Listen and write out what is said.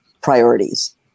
priorities